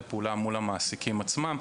לפעולה מול המעסיקים עצמם.